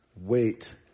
wait